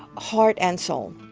heart and soul.